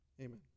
Amen